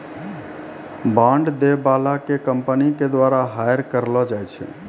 bond दै बाला के कंपनी के द्वारा हायर करलो जाय छै